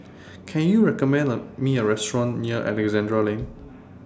Can YOU recommend Me A Restaurant near Alexandra Lane